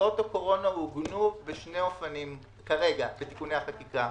קופסאות הקורונה עוגנו בשני עוגנים בתיקוני החקיקה: